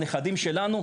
הנכדים שלנו,